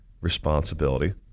responsibility